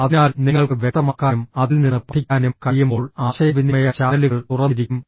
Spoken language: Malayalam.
അതിനാൽ നിങ്ങൾക്ക് വ്യക്തമാക്കാനും അതിൽ നിന്ന് പഠിക്കാനും കഴിയുമ്പോൾ ആശയവിനിമയ ചാനലുകൾ തുറന്നിരിക്കും